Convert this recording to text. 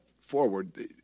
forward